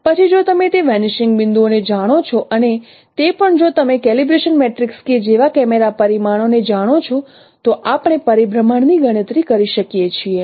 પછી જો તમે તે વેનીશિંગ બિંદુઓને જાણો છો અને તે પણ જો તમે કેલિબ્રેશન મેટ્રિક્સ કે જેવા કેમેરા પરિમાણોને જાણો છો તો આપણે પરિભ્રમણ ની ગણતરી કરી શકીએ છીએ